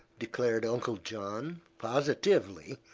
declared uncle john, positively,